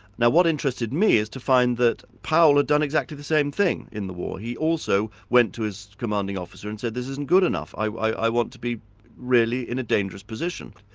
now what interested me is to find that paul had done exactly the same thing in the war. he also went to his commanding officer and said, this isn't good enough. i want to be really in a dangerous position.